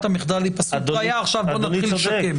המחדל היא פסלות ראיה עכשיו בוא נתחיל לשקם.